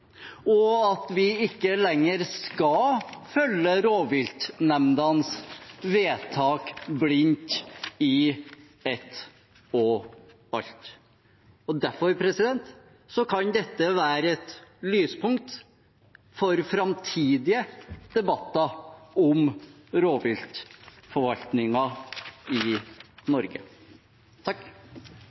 og at vi ikke lenger blindt skal følge rovviltnemndenes vedtak i ett og alt. Derfor kan dette være et lyspunkt for framtidige debatter om rovviltforvaltningen i Norge.